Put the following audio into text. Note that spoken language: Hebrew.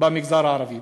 במגזר הערבי.